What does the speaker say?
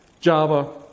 Java